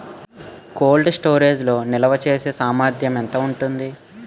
Cold storage లో నిల్వచేసేసామర్థ్యం ఎంత ఉంటుంది?